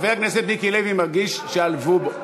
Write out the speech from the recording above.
חבר הכנסת מיקי לוי מרגיש שעלבו בו.